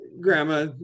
Grandma